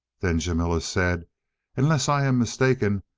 then jamila said unless i am mistaken,